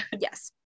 Yes